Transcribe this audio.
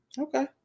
Okay